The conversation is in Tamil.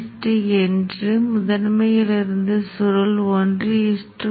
கட்டுப்பாட்டு சமிக்ஞை பிளஸ் 1 ஆக இருந்தால் அது 100 சதவீத டியூட்டி சுழற்சி ஆகும்